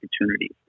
opportunities